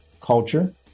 culture